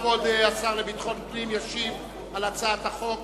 כבוד השר לביטחון פנים ישיב על הצעת החוק